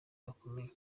bakomeye